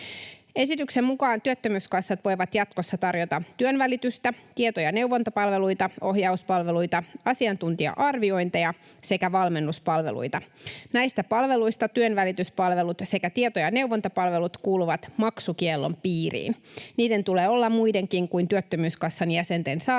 Esityksen mukaan työttömyyskassat voivat jatkossa tarjota työnvälitystä, tieto- ja neuvontapalveluita, ohjauspalveluita, asiantuntija-arviointeja sekä valmennuspalveluita. Näistä palveluista työnvälityspalvelut sekä tieto- ja neuvontapalvelut kuuluvat maksukiellon piiriin. Niiden tulee olla muidenkin kuin työttömyyskassan jäsenten saatavilla,